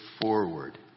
forward